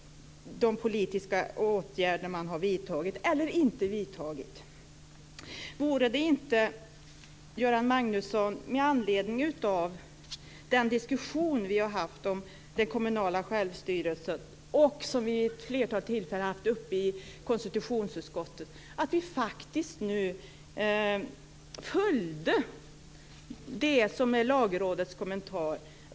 De politiska åtgärder man har vidtagit eller inte vidtagit värderas av människor i allmänna val. Borde vi inte följa Lagrådets kommentar, med tanke på den diskussion om den kommunala självstyrelsen vi har haft i konstitutionsutskottet vid ett flertal tillfällen?